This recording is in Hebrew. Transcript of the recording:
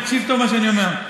תקשיב טוב למה שאני אומר.